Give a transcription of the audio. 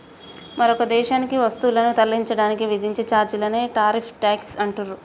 మరొక దేశానికి వస్తువులను తరలించడానికి విధించే ఛార్జీలనే టారిఫ్ ట్యేక్స్ అంటుండ్రు